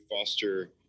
foster